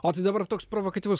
o tai dabar toks provokatyvus